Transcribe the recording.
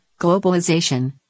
Globalization